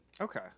Okay